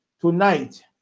Tonight